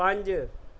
ਪੰਜ